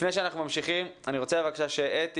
לפני שאנחנו ממשיכים אני רוצה שאתי